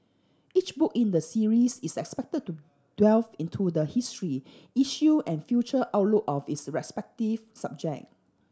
each book in the series is expected to delve into the history issue and future outlook of its respective subject